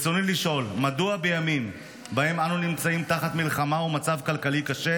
ברצוני לשאול: מדוע בימים שבהם אנו נמצאים תחת מלחמה ובמצב כלכלי קשה,